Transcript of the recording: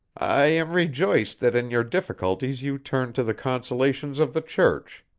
i am rejoiced that in your difficulties you turn to the consolations of the church,